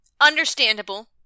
understandable